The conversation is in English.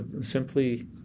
simply